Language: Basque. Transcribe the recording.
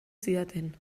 zidaten